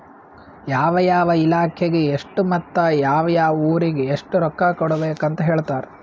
ಯಾವ ಯಾವ ಇಲಾಖೆಗ ಎಷ್ಟ ಮತ್ತ ಯಾವ್ ಯಾವ್ ಊರಿಗ್ ಎಷ್ಟ ರೊಕ್ಕಾ ಕೊಡ್ಬೇಕ್ ಅಂತ್ ಹೇಳ್ತಾರ್